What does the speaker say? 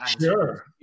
Sure